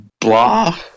blah